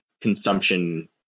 consumption